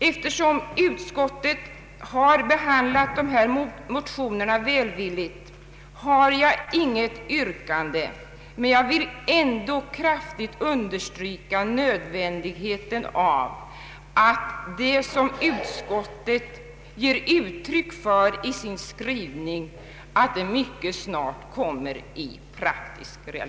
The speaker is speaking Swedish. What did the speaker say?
Eftersom utskottet har behandlat motionerna välvilligt har jag inget yrkande, men jag vill kraftigt understryka nödvändigheten av att det som utskottet ger uttryck för i sin skrivning mycket snart kommer till praktiskt utförande.